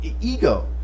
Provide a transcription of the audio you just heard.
ego